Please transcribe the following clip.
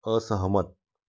असहमत